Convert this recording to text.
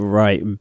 right